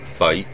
fight